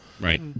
Right